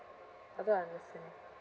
I don't understand